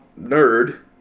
nerd